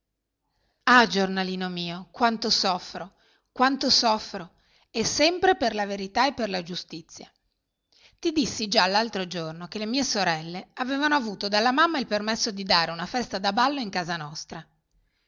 ah giornalino mio quanto soffro quanto soffro e sempre per la verità e per la giustizia ti dissi già l'altro giorno che le mie sorelle avevano avuto dalla mamma il permesso di dare una festa da ballo in casa nostra